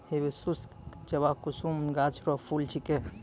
hibiscus जवाकुसुम गाछ रो फूल छिकै